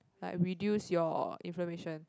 like reduce your inflammation